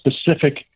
specific